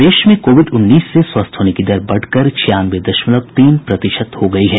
प्रदेश में कोविड उन्नीस से स्वस्थ होने की दर बढ़कर छियानवे दशमलव तीन प्रतिशत हो गयी है